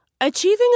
Achieving